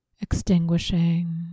extinguishing